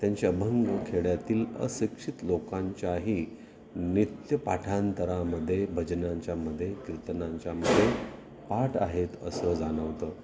त्यांचे अभंग खेड्यातील अशिक्षित लोकांच्याही नित्य पाठांतरामध्ये भजनांच्यामध्ये कीर्तनांच्यामध्ये पाठ आहेत असं जाणवतं